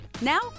Now